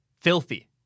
filthy